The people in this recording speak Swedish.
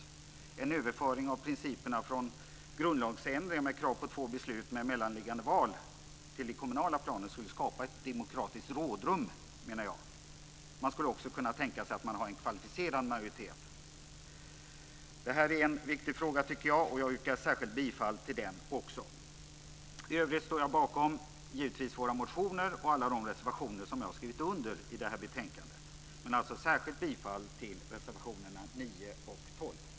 Jag menar att en överföring av principerna för grundlagsändringar med krav på två beslut med mellanliggande val till det kommunala planet skulle skapa ett demokratiskt rådrum. Man skulle också kunna tänka sig att man har en kvalificerad majoritet. Det här är en viktig fråga, och jag yrkar särskilt bifall även till den här reservationen. Jag står givetvis bakom alla våra motioner och de reservationer som jag har skrivit under i det här betänkandet, men jag yrkar särskilt bifall till reservationerna 9 och 12.